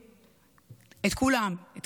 שנחזיר את כולם הביתה בשלום,